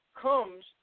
comes